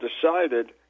decided